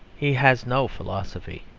he has no philosophy.